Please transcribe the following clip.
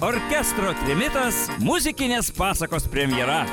orkestro trimitas muzikinės pasakos premjera